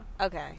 Okay